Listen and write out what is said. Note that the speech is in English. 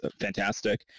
fantastic